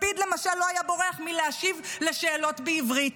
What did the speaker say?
לפיד, למשל, לא היה בורח מלהשיב על שאלות בעברית.